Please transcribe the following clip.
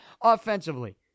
offensively